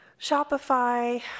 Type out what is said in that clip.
Shopify